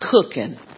cooking